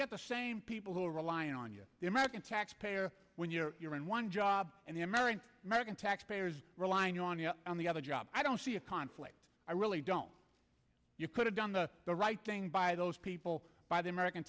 get the same people who are relying on you the american taxpayer when you're you're in one job and the american american taxpayers relying on your on the other job i don't see a conflict i really don't you could have done the right thing by those people by the american